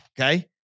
Okay